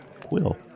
quill